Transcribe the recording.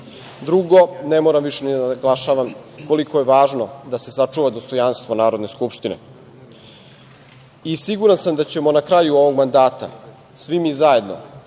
Drugo, ne moram više da naglašavam koliko je važno da se sačuva dostojanstvo Narodne skupštine i siguran sam da ćemo na kraju ovog mandata svi mi zajedno